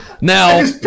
Now